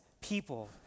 people